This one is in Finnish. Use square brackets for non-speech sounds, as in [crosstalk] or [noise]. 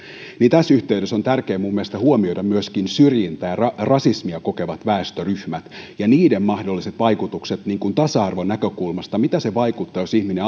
tässä yhteydessä on tärkeää minun mielestäni huomioida myöskin syrjintää ja rasismia kokevat väestöryhmät ja niiden mahdolliset vaikutukset tasa arvon näkökulmasta mitä se vaikuttaa jos ihminen [unintelligible]